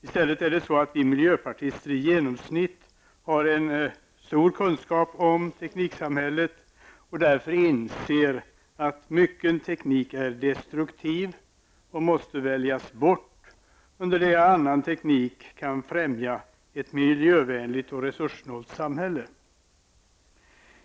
I stället är det så att vi miljöpartister i genomsnitt har stor kunskap om tekniksamhället och därför inser att mycken teknik är destruktiv och måste väljas bort, under det att annan teknik kan främja ett miljövänligt och resurssnålt samhälle.